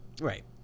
right